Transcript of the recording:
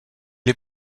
est